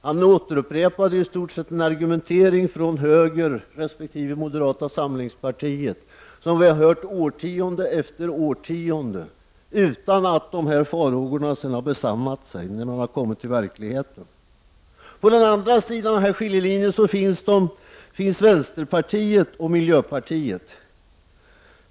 Han återupprepade i stort sett en argumentering från höger, resp. moderaterna, som vi har hört årtionde efter årtionde utan att farhågorna har besannats när man har kommit till verkligheten. På den andra sidan skiljelinjen finns vänsterpartiet och miljöpartiet.